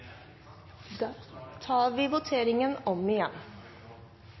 Da tar vi voteringen om igjen.